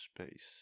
space